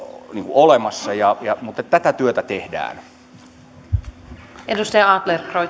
olemassa mutta tätä työtä tehdään